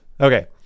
okay